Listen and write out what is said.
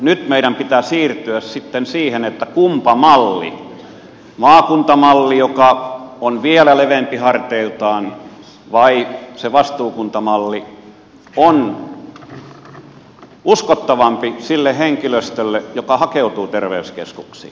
nyt meidän pitää siirtyä sitten siihen että kumpi malli maakuntamalli joka on vielä leveämpi harteiltaan vai se vastuukuntamalli on uskottavampi sille henkilöstölle joka hakeutuu terveyskeskuksiin